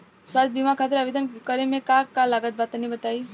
स्वास्थ्य बीमा खातिर आवेदन करे मे का का लागत बा तनि बताई?